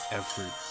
effort